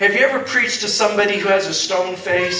have you ever preached to somebody who has a stone